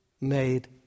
made